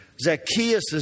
Zacchaeus